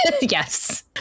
Yes